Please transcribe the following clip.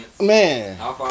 Man